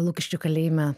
lukiškių kalėjime